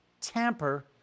tamper